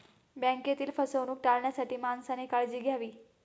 बँकेतील फसवणूक टाळण्यासाठी माणसाने काळजी घ्यावी